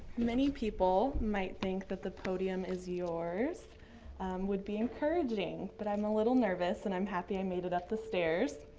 many people might think that the podium is yours would be encouraging, but i'm a little nervous and i'm happy i made it up the stairs.